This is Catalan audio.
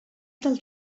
del